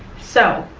so,